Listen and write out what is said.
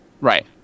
right